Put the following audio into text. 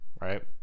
right